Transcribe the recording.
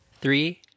three